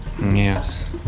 Yes